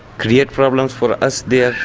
create problems for us there.